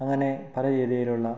അങ്ങനെ പല രീതിയിലുള്ള